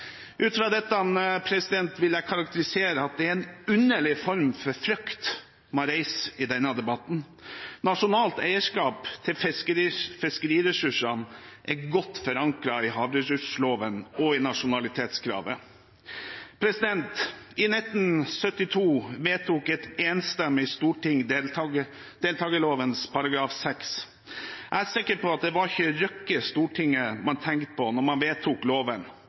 Ut fra dette vil jeg karakterisere det som en underlig form for frykt at man reiser denne debatten. Nasjonalt eierskap til fiskeriressursene er godt forankret i havressursloven og i nasjonalitetskravet. I 1972 vedtok et enstemmig storting deltakerloven § 6. Jeg er sikker på at det ikke var Røkke man tenkte på da man vedtok loven,